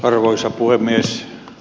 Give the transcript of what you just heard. arvoisa puhemies